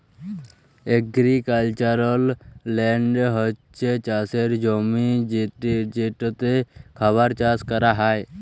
agricultural land হছে চাষের জমি যেটতে খাবার চাষ ক্যরা হ্যয়